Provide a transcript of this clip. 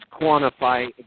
quantify